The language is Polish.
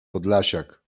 podlasiak